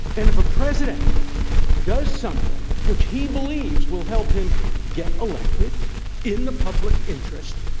and if a president does something which he believes will help him get elected in the public interest,